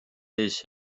ees